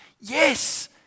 Yes